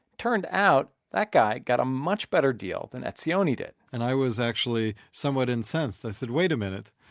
turned out that guy got a much better deal than etzioni did and i was actually somewhat incensed. i said wait a minute,